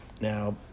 Now